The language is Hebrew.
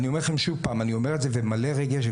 אני אומר לכם שוב, אני אומר את זה ומלא רגש.